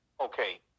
Okay